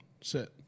sit